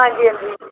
ਹਾਂਜੀ ਹਾਂਜੀ